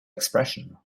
expression